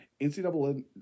NCAA